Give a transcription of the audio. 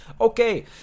Okay